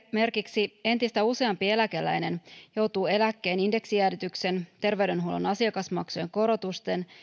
esimerkiksi entistä useampi eläkeläinen joutuu eläkkeen indeksijäädytyksen terveydenhuollon asiakasmaksujen korotusten